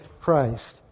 Christ